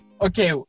okay